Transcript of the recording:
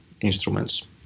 instruments